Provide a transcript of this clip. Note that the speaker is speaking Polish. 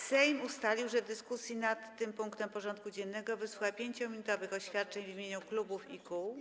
Sejm ustalił, że w dyskusji nad tym punktem porządku dziennego wysłucha 5-minutowych oświadczeń w imieniu klubów i kół.